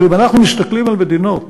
אבל אם אנחנו מסתכלים על מדינות